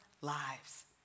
lives